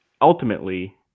ultimately